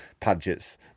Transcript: Padgett's